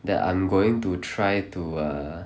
that I'm going to try to uh